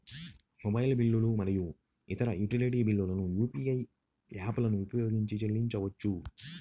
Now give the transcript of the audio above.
mobile బిల్లులు మరియు ఇతర యుటిలిటీ బిల్లులను యూ.పీ.ఐ యాప్లను ఉపయోగించి చెల్లించవచ్చు